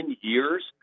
years